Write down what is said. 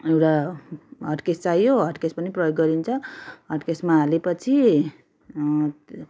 एउटा हटकेस चाहियो हटकेस पनि प्रयाग गरिन्छ हटकेसमा हालेपछि